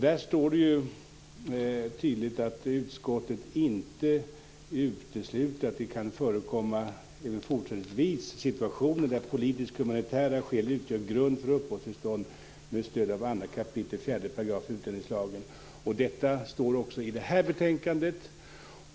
Där står det tydligt att utskottet inte utesluter att det även fortsättningsvis kan förekomma situationer där politiskhumanitära skäl utgör grund för uppehållstillstånd med stöd av 2 kap. 4 § utlänningslagen. Det står också i det här betänkandet.